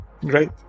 Great